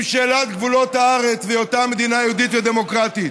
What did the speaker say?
שאלת גבולות הארץ והיותה מדינה יהודית ודמוקרטית.